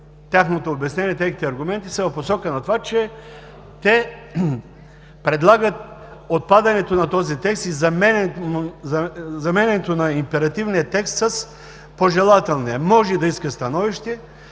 на колегите вносители са в посока на това, че те предлагат отпадането на този текст и заменянето на императивния текст с пожелателен. Може да искат становище…